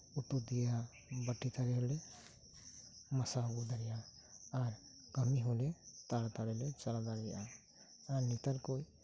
ᱩᱛᱩ ᱛᱮᱭᱟᱜ ᱵᱟᱹᱴᱤ ᱛᱷᱟᱹᱨᱤ ᱦᱚᱞᱮ ᱜᱟᱥᱟᱣ ᱟᱹᱜᱩ ᱫᱟᱲᱤᱭᱟᱜᱼᱟ ᱟᱨ ᱠᱟᱹᱢᱤ ᱦᱚᱞᱮ ᱛᱟᱲᱟ ᱛᱟᱹᱲᱤᱞᱮ ᱪᱟᱞᱟᱣ ᱫᱟᱲᱤᱭᱟᱜᱼᱟ ᱧᱮᱛᱟᱨ ᱠᱩ